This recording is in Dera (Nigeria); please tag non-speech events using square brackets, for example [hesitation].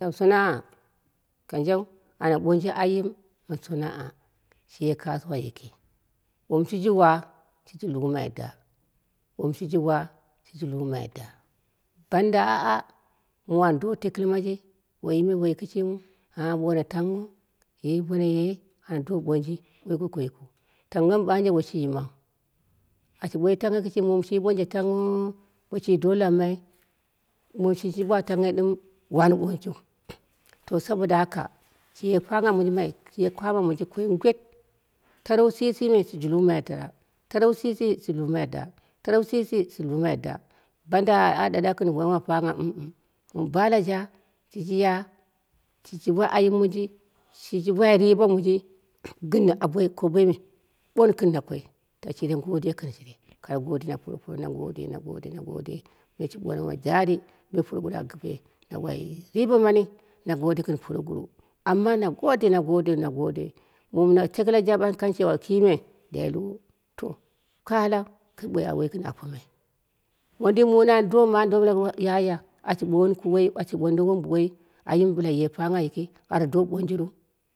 Lam sana'a kanjeu ana ɓonji antim ma sana'a shiye kasuwai yiki, wom shiji wa shiji lumai da, wom shiji wa shiji lumai da, banda, banda aa mwu ando tekkɨlɨ maji, woi yi me woi kɨshimiu a wu wore tangho ye bono dono ye ana do ɓonji woi goko jikɨu, tongho mɨ banje woi shi yimau, ashi wai tangho kɨshimi muum shi ɓanja tangho boshi do lammai muum shi ɓwa tanghou ɗɨm wini ɓojiu. To saboda haka shiye pangha monji mai, shiye pangha monji ngwet, taron shishi me shiji hemai daa, taron shishi shiji humai daa, banda aa ɗaɗau gɨn woma pangha [hesitation] muum balaja shiji ya, shiji wai ayim mouji, shiji wai riba monji gɨn aboi koboime ɓoni gɨm nakoi ta shire ngdoiya gɨn shi, kare godiya puropuro na ngode na ngode, na ngode me shi wai jari me purogurawu a gɨre, nawai riba mani, na ngode gɨu puroguruwu, amma na ngode, na ngode, na ngode muum na tekɨla jaɓa kan cewa kime dairu to ka allah kɨ ɓoi awoi gɨm apomai, mondin muu an doma an ɓalmai yaya ashi ɓoni woi ashi ɓondo woi ayim bɨla ye pangha yiki ata do ɓonjiru